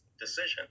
decision